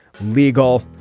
legal